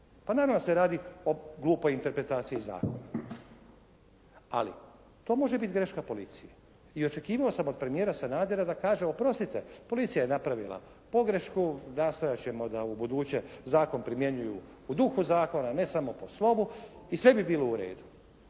Pa naravno da se radi o glupoj interpretaciji zakona. Ali, to može biti greška policije i očekivao sam od premijera Sanadera da kaže oprostite, policija je napravila pogrešku. Nastojati ćemo da ubuduće zakon primjenjuju u duhu zakona, ne samo po slovu i sve bi bilo u redu.